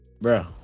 Bro